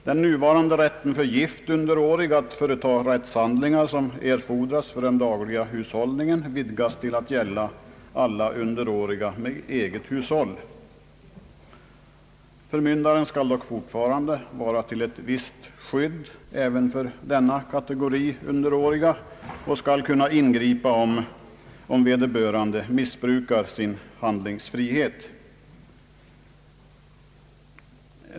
Den nuvarande rätten för gift underårig att företa rättshandlingar som erfordras för den dagliga hushållningen vidgas till att gälla alla underåriga med eget hushåll. Förmyndaren skall emellertid vara till ett visst skydd även för denna kategori underåriga och skall kunna ingripa, om vederbörande missbrukar sin handlingsfrihet.